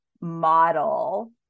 model